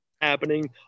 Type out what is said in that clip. happening